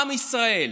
עם ישראל.